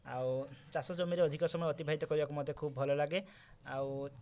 ଆଉ ଚାଷ ଜମିରେ ଅଧିକା ସମୟ ଅତିବାହିତ କରିବାକୁ ମୋତେ ଖୁବ୍ ଭଲ ଲାଗେ ଆଉ